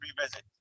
revisit